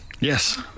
Yes